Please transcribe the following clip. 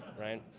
right?